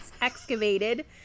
excavated